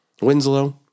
Winslow